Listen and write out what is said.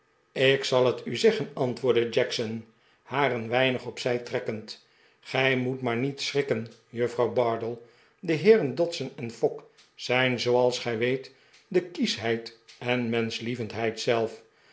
ik zal het u zeggen antwoordde jackson haar een weinig op zij trekkend gij moet maar niet schrikken juffrouw bardell de heeren dodson en fogg zijn zooals gij weet de kieschheid en menschlieyendheid zelf